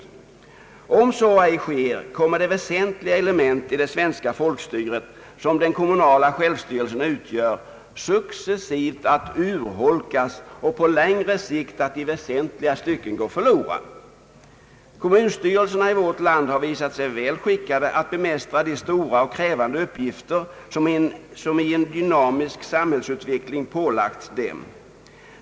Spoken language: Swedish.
Om så ej sker, kommer det väsentliga element i det svenska folkstyret, som den kommunala självstyrelsen utgör, successivt att urholkas och på längre sikt i väsentliga stycken gå förlorad. — Kommunstyrelserna i vårt land har visat sig väl skickade att bemästra de stora och krävande uppgifter, som i en dynamisk samhällsutveckling pålagts dem.